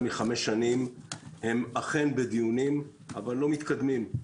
מחמש שנים אכן בדיונים אבל לא מתקדמים.